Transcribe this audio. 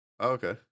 okay